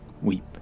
weep